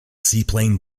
seaplane